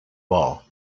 wall